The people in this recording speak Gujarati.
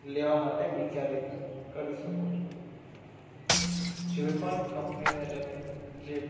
લેવા માટે વિચારી ક કરી શકો છો જે પણ કંપનીને તમે